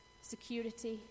security